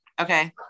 okay